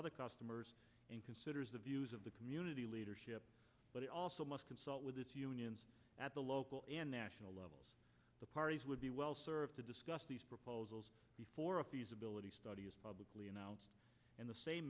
other customers and considers the views of the community leadership but it also must consult with its unions at the local and national levels the parties would be well served to discuss these proposals before a feasibility study is publicly announced and the same